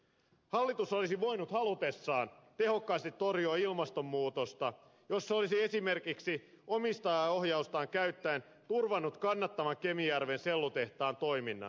hallitus olisi voinut halutessaan tehokkaasti torjua ilmastonmuutosta jos se olisi esimerkiksi omistajaohjaustaan käyttäen turvannut kannattavan kemijärven sellutehtaan toiminnan